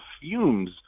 fumes